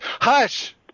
Hush